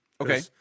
Okay